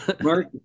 Mark